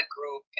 Group